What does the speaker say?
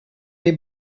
des